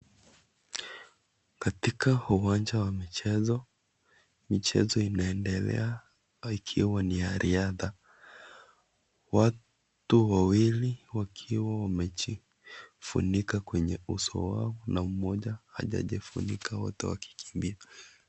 Katika uwanja wa michezo, michezo inaendelea ikiwa ni ya riadha, watu wawili wakiwa wamejifunika kwenye uso wao na mmoja hajajifunika, wote wakikimbia.